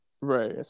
Right